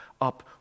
up